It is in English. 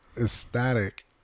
ecstatic